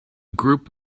group